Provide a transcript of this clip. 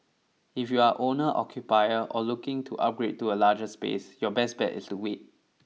if you are owner occupier or looking to upgrade to a larger space your best bet is to wait